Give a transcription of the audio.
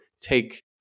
take